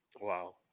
Wow